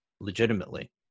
legitimately